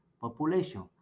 population